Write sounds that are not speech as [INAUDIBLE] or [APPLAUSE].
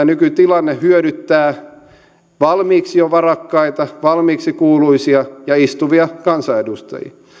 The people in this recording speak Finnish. [UNINTELLIGIBLE] nykytilanne hyödyttää jo valmiiksi varakkaita valmiiksi kuuluisia ja istuvia kansanedustajia